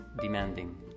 demanding